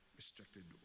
restricted